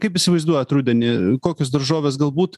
kaip įsivaizduojat rudenį kokios daržovės galbūt